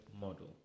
model